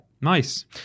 Nice